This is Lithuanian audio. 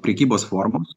prekybos formos